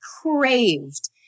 craved